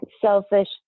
selfish